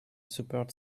support